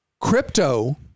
crypto